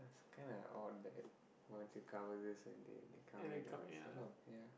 it's kind of odd that once you cover this and they they come in and oh ya